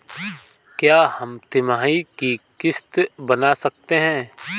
क्या हम तिमाही की किस्त बना सकते हैं?